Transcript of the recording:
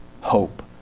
hope